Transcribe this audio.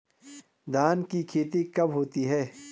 धान की खेती कब होती है?